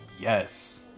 yes